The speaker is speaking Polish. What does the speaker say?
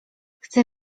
chcę